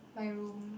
my room